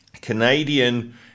Canadian